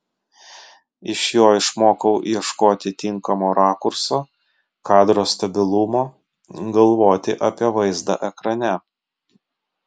iš jo išmokau ieškoti tinkamo rakurso kadro stabilumo galvoti apie vaizdą ekrane